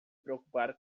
preocupar